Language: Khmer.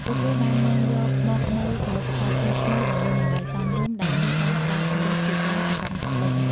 ពួកគេបាននាំយកមកនូវផលិតផលថ្មីៗដែលមានតម្លៃសមរម្យ ដែលនេះបានផ្តល់ជម្រើសជាច្រើនសម្រាប់អ្នកទិញ។